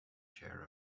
share